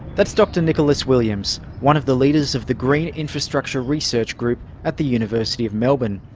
that's dr nicholas williams, one of the leaders of the green infrastructure research group at the university of melbourne.